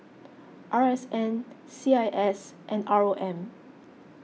R S N C I S and R O M